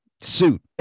suit